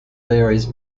varies